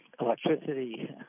electricity